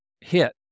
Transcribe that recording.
hit